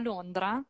Londra